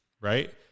right